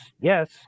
yes